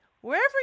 wherever